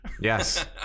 Yes